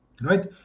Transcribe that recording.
Right